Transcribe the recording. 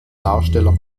darsteller